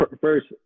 first